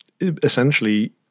essentially